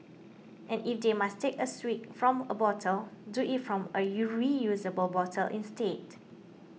and if they must take a swig from a bottle do it from a U reusable bottle instead